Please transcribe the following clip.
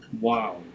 Wow